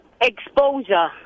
exposure